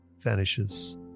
vanishes